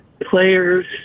players